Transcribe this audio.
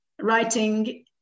Writing